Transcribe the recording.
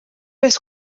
wese